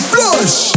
Flush